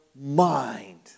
mind